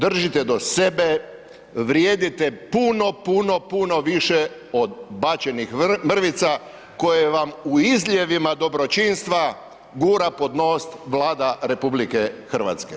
Držite do sebe, vrijedite puno, puno, puno više od bačenih mrvica koje vam, u izljevima dobročinstva, gura pod nos Vlada RH.